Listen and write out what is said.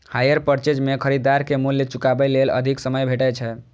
hire purchase मे खरीदार कें मूल्य चुकाबै लेल अधिक समय भेटै छै